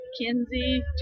Kinsey